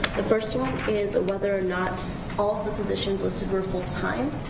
the first one is, whether or not all the positions listed were full time?